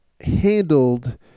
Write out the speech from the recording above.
handled